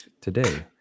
today